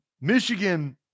Michigan